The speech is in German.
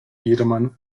jedermann